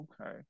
Okay